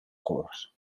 curts